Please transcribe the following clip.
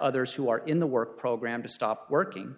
others who are in the work program to stop working